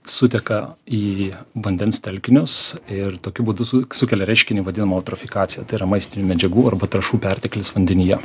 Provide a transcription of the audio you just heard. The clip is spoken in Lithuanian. suteka į vandens telkinius ir tokiu būdu sukelia reiškinį vadinamą eutrofikacija tai yra maistinių medžiagų arba trąšų perteklius vandenyje